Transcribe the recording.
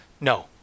no